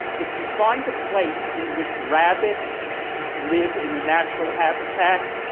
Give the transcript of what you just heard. if you find a place in which rabbits live in a natural habitat,